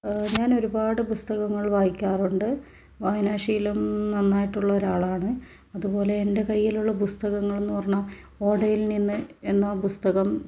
ഞാൻ ഒരുപാട് പുസ്തകങ്ങൾ വായിക്കാറുണ്ട് വായനാശീലം നന്നായിട്ടുള്ള ഒരാളാണ് അതുപോലെ എൻ്റെ കൈയ്യിലുള്ള പുസ്തകങ്ങളെന്നു പറഞ്ഞാൽ ഓടയിൽ നിന്ന് എന്ന പുസ്തകം